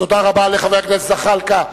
תודה רבה לחבר הכנסת זחאלקה.